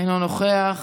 אינו נוכח,